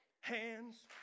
Hands